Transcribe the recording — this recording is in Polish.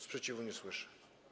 Sprzeciwu nie słyszę.